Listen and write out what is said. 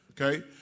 Okay